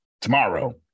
tomorrow